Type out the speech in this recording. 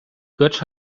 götsch